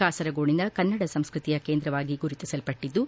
ಕಾಸರಗೋಡಿನ ಕನ್ನಡ ಸಂಸ್ಕೃತಿಯ ಕೇಂದ್ರವಾಗಿ ಗುರುತಿಸಲ್ಪಟ್ಟಿದ್ದು